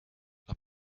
are